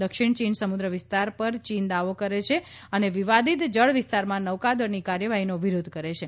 દક્ષિણ ચીન સમુદ્ર વિસ્તાર પર ચીન દાવો કરે છે અને વિવાદીત જળવિસ્તારમાં નૌકાદળની કાર્યવાહીનો વિરોધ કરે છે